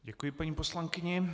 Děkuji paní poslankyni.